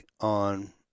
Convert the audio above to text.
on